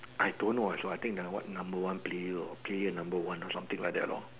I don't know also I think the what number one player or player number one or something like that lor